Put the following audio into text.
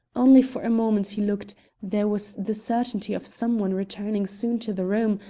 only for a moment he looked there was the certainty of some one returning soon to the room,